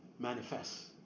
Manifest